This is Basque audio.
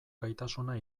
gaitasuna